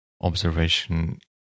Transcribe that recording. observation